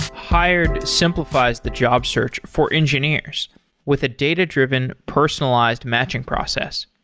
hired simplifies the job search for engineers with a data-driven personalized matching process.